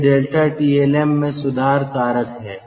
यह ∆Tlm में सुधार कारक है